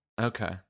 Okay